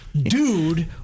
dude